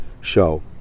show